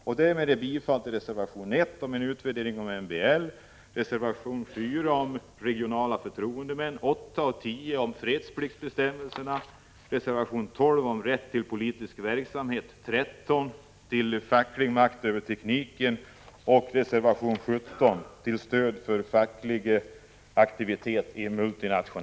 Jag yrkar alltså bifall till reservation 2 om en utvärdering av MBL, reservation 4 om regionala förtroendemän, reservationerna 8, 9 och 10 om fredspliktsbestämmelserna, reservation 12 om rätt till politisk verksamhet, 19